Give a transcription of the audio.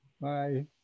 Bye